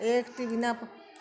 এক টি বিনা